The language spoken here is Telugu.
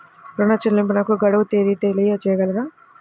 ఋణ చెల్లింపుకు గడువు తేదీ తెలియచేయగలరా?